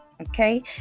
okay